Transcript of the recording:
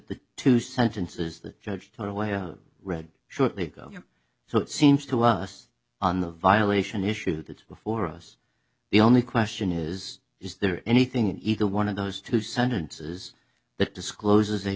the two sentences the judge turned away or read shortly so it seems to us on the violation issue that before us the only question is is there anything in either one of those two sentences that discloses a